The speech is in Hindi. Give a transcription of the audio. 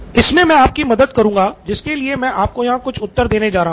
इसमे मैं आपकी मदद करुंगा जिसके लिए मैं आपको यहाँ कुछ उत्तर देने जा रहा हूँ